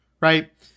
right